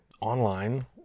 online